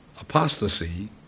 apostasy